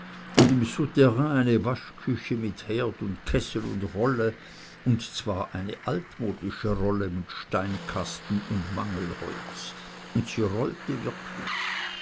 und im souterrain eine waschküche mit herd und kessel und rolle und zwar eine altmodische rolle mit steinkasten und mangelholz und sie rollte wirklich